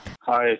Hi